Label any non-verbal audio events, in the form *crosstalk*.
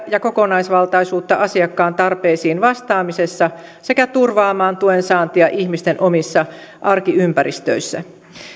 *unintelligible* ja kokonaisvaltaisuutta asiakkaan tarpeisiin vastaamisessa sekä turvaamaan tuen saantia ihmisten omissa arkiympäristöissä